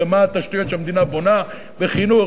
זה התשתיות שהמדינה בונה בחינוך,